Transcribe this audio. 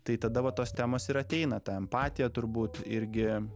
tai tada vatos temos ir ateina ta empatija turbūt irgi